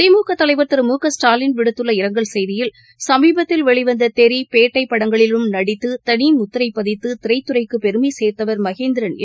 திமுகதலைவர் திருமுகஸ்டாலின் விடுத்துள்ள இரங்கல் செய்தியில் சமீபத்தில் வெளிவந்ததெறி பேட்டைபடங்களிலும் தனிமுத்திரைபதித்துதிரைத்துறைக்குபெருமைசேர்த்தவர் மகேந்திரன் நடித்து